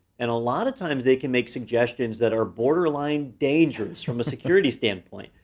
and a lot of times, they can make suggestions that are borderline dangerous from a security standpoint.